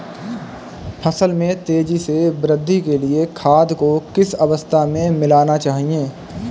फसल में तेज़ी से वृद्धि के लिए खाद को किस अवस्था में मिलाना चाहिए?